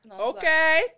Okay